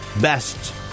best